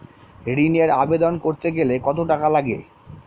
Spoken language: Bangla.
ঋণের আবেদন করতে গেলে কত টাকা লাগে?